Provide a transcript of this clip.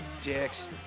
dicks